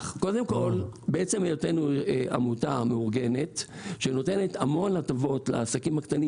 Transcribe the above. מעצם היותנו עמותה מאורגנת שנותנת המון הטבות לעסקים הקטנים